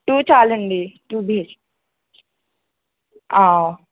two చాలండి two BHK